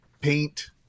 paint